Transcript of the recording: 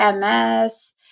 MS